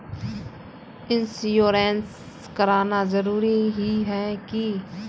Insurance कराना जरूरी ही है की?